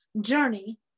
journey